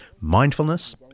mindfulness